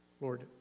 Lord